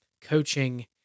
coaching